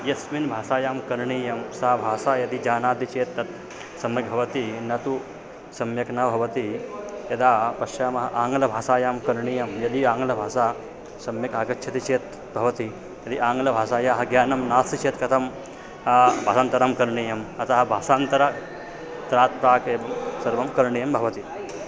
यस्मिन् भाषायां करणीयं सा भाषा यदि जानाति चेत् तत् सम्यक् भवति न तु सम्यक् न भवति यदा पश्यामः आङ्गलभाषायां करणीयं यदि आङ्ग्लभाषा सम्यक् आगच्छति चेत् भवति यदि आङ्ग्लभाषायाः ज्ञानं नास्ति चेत् कथं भाषान्तरं करणीयम् अतः भाषान्तरात् प्राक् एवं सर्वं करणीयं भवति